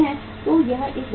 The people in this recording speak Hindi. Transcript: तो यह एक बड़ी लागत है